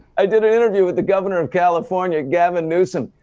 i did an interview with the governor of california, gavin newsom,